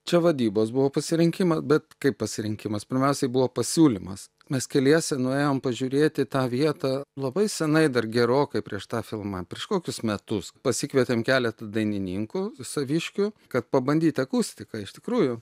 čia vadybos buvo pasirinkima bet kaip pasirinkimas pirmiausiai buvo pasiūlymas mes keliese nuėjom pažiūrėt į tą vietą labai seniai dar gerokai prieš tą filmą prieš kokius metus pasikvietėm keletą dainininkų saviškių kad pabandyt akustiką iš tikrųjų